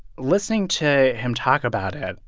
listening to him talk about it,